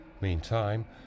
Meantime